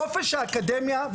חופש האקדמיה,